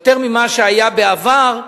יותר ממה שהיה בעבר,